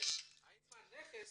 אלא גם האם הנכס